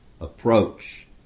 approach